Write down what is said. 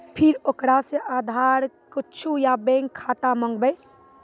फिर ओकरा से आधार कद्दू या बैंक खाता माँगबै?